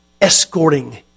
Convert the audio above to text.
escorting